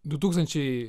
du tūkstančiai